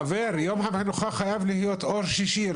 חבר יום המנוחה חייב להיות או שישי,